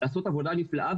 לעשות עבודה נפלאה,